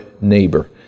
neighbor